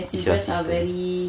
is your sister